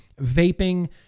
vaping